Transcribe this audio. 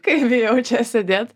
kaip bijau čia sėdėt